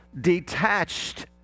detached